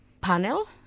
panel